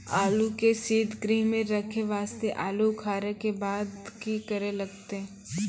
आलू के सीतगृह मे रखे वास्ते आलू उखारे के बाद की करे लगतै?